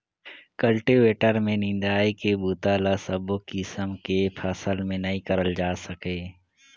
cultivator में निंदई के बूता ल सबो किसम के फसल में नइ करल जाए सके